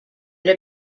that